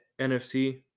NFC